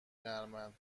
نرمن